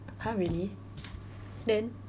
!huh! really then